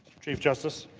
chief justice